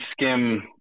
skim